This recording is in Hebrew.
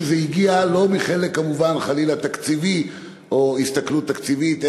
שזה הגיע כמובן לא מחלק תקציבי או הסתכלות תקציבית,